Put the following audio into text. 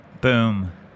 Boom